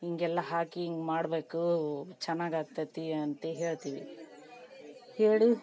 ಹಿಂಗೆಲ್ಲ ಹಾಕಿ ಹಿಂಗ್ ಮಾಡಬೇಕು ಚೆನ್ನಾಗ್ ಆಗ್ತದೆ ಅಂತ ಹೇಳ್ತಿವಿ ಹೇಳಿ